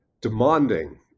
demanding